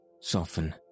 soften